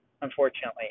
unfortunately